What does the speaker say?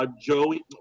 Joey